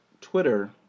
Twitter